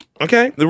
Okay